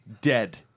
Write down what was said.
dead